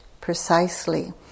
precisely